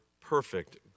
perfect